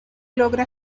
logra